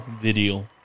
video